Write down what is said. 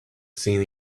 seen